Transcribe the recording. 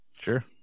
Sure